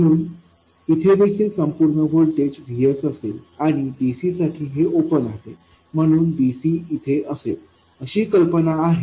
म्हणून इथे देखील संपूर्ण व्होल्टेज VSअसेल आणि dc साठी हे ओपन आहे म्हणून dc इथे असेल अशी कल्पना आहे